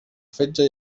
fetge